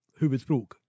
huvudspråk